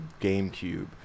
GameCube